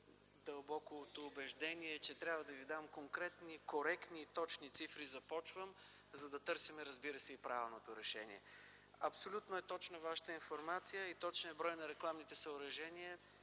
дълбокото убеждение, че трябва да ви дам конкретни, коректни и точни цифри, за да търсим правилното решение. Абсолютно точна е Вашата информация. Точният брой на рекламните съоръжения